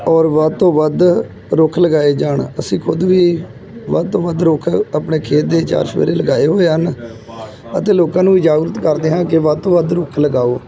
ਔਰ ਵੱਧ ਤੋਂ ਵੱਧ ਰੁੱਖ ਲਗਾਏ ਜਾਣ ਅਸੀਂ ਖੁਦ ਵੀ ਵੱਧ ਤੋਂ ਵੱਧ ਰੁੱਖ ਆਪਣੇ ਖੇਤ ਦੇ ਚਾਰ ਚੁਫੇਰੇ ਲਗਾਏ ਹੋਏ ਹਨ ਅਤੇ ਲੋਕਾਂ ਨੂੰ ਵੀ ਜਾਗਰੂਕ ਕਰਦੇ ਹਾਂ ਕਿ ਵੱਧ ਤੋਂ ਵੱਧ ਰੁੱਖ ਲਗਾਓ